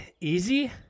easy